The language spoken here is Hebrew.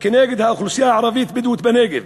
נגד האוכלוסייה הערבית-בדואית בנגב,